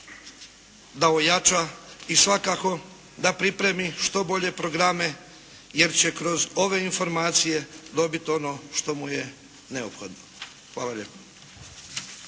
da ojača i svakako da pripremi što bolje programe jer će kroz ove informacije dobiti ono što mu je neophodno. Hvala lijepa.